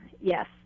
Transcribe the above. yes